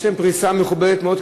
ויש להם פריסה מכובדת מאוד,